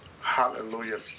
Hallelujah